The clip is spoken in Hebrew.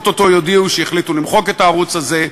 או-טו-טו יודיעו שהחליטו למחוק את הערוץ הזה.